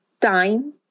time